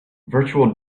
virtual